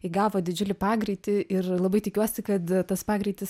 įgavo didžiulį pagreitį ir labai tikiuosi kad tas pagreitis